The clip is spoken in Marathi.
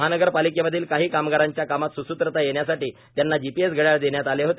महानगरपालिकेमधील काही कामगारांच्या कामात सुसूत्रता येण्यासाठी त्यांना जीपीएस घड्याळ देण्यात आले होते